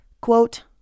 Quote